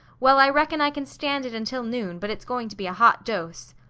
well, i reckon i can stand it until noon, but it's going to be a hot dose.